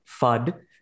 FUD